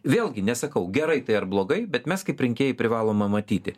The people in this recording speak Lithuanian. vėlgi nesakau gerai tai ar blogai bet mes kaip rinkėjai privalome matyti